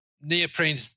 neoprene